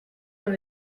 dans